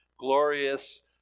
glorious